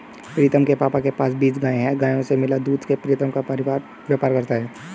प्रीतम के पापा के पास बीस गाय हैं गायों से मिला दूध से प्रीतम का परिवार व्यापार करता है